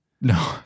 No